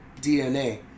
DNA